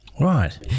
right